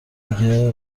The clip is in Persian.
میگه